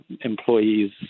employees